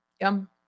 Yum